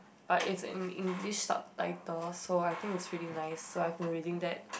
but it's in English subtitle so I think it's really nice so I've been reading that